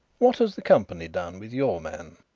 what has the company done with your man?